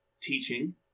teaching